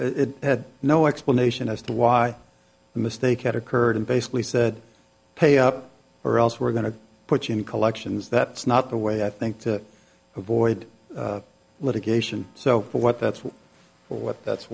i had no explanation as to why a mistake had occurred and basically said pay up or else we're going to put you in collections that's not the way i think to avoid litigation so what that's what that's